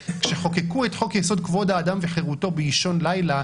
כשחוקקו את חוק יסוד כבוד האדם וחירותו באישון לילה,